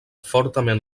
fortament